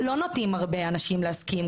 לא נוטים הרבה אנשים להסכים,